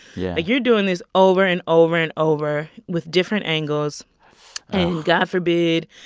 yeah you're doing this over and over and over with different angles. and god forbid,